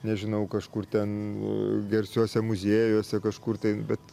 nežinau kažkur ten garsiuose muziejuose kažkur tai bet